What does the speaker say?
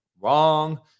Wrong